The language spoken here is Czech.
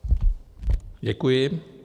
Děkuji.